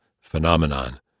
phenomenon